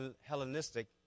Hellenistic